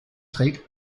trägt